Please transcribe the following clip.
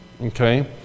Okay